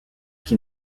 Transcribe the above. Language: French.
qui